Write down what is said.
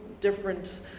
different